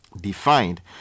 Defined